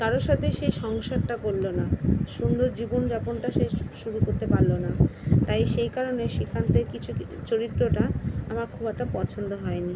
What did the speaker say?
কারোর সাথেই সে সংসারটা করলো না সুন্দর জীবনযাপনটা সে শুরু করতে পারলো না তাই সেই কারণে সেখান থেকে কিছু চরিত্রটা আমার খুব একটা পছন্দ হয় নি